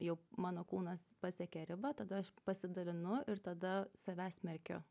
jau mano kūnas pasiekė ribą tada aš pasidalinu ir tada save smerkiu